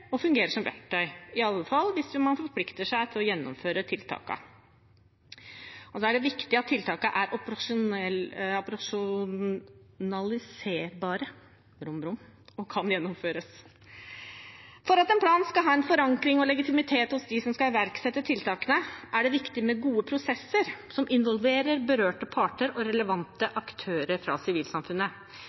og fungerer som verktøy, iallfall hvis man forplikter seg til å gjennomføre tiltakene. Det er også viktig at tiltakene er operasjonaliserbare og kan gjennomføres. For at en plan skal ha en forankring og legitimitet hos dem som skal iverksette tiltakene, er det viktig med gode prosesser som involverer berørte parter og relevante aktører fra sivilsamfunnet.